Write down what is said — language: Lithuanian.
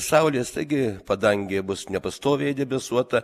saulės taigi padangėje bus nepastoviai debesuota